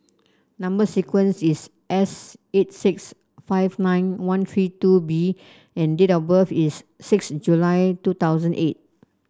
number sequence is S eight six five nine one three two B and date of birth is six July two thousand eight